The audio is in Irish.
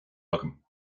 agam